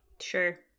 Sure